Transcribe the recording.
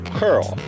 curl